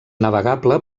navegable